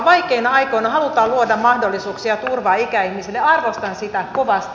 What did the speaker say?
vaikeina aikoina halutaan luoda mahdollisuuksia ja turvaa ikäihmisille ja arvostan sitä kovasti